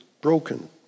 broken